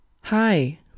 Hi